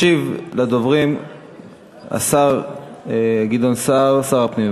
ישיב לדוברים השר גדעון סער, שר הפנים.